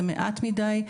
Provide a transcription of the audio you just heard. זה מעט מדיי,